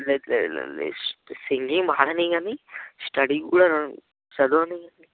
లేదు లేదు సింగింగ్ పాడనీ గానీ స్టడీ కూడా చదవనీ